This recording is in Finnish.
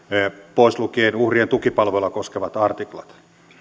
pois lukien uhrien tukipalvelua koskevat artiklat